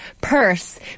purse